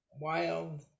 Wild